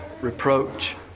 reproach